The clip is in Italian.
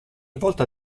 volta